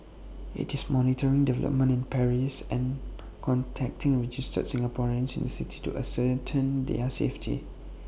IT is monitoring developments in Paris and contacting registered Singaporeans in the city to ascertain their safety